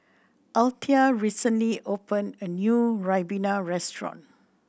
Althea recently opened a new ribena restaurant